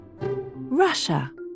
Russia